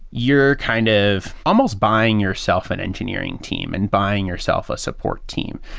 your kind of almost buying yourself and engineering team and buying yourself a support team.